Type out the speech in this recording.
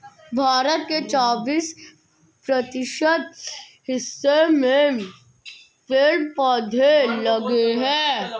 भारत के चौबिस प्रतिशत हिस्से में पेड़ पौधे लगे हैं